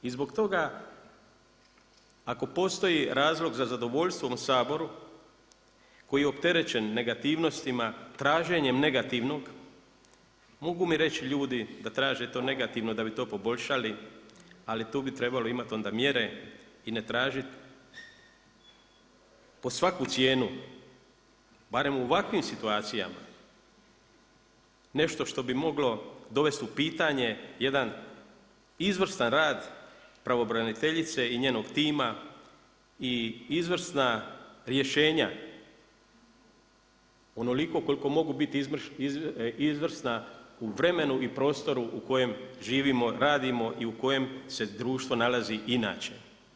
I zbog toga ako postoji razlog za zadovoljstvom u Saboru koji je opterećen negativnostima, traženjem negativnog da bi to poboljšali ali tu bi trebalo imati onda mjere i ne tražiti pod svaku cijenu barem u ovakvim situacijama nešto što bi moglo dovesti u pitanje jedan izvrstan rad pravobraniteljice i njenog tima i izvrsna rješenja onoliko koliko mogu biti izvrsna u vremenu i prostoru u kojem živimo, radimo i u kojem se društvo nalazi inače.